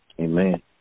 Amen